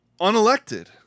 unelected